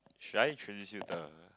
should I introduce you err